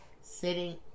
sitting